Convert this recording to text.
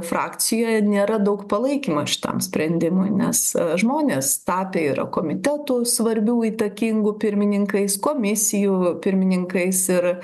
frakcijoje nėra daug palaikymo šitam sprendimui nes žmonės tapę yra komitetų svarbių įtakingų pirmininkais komisijų pirmininkais ir